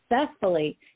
successfully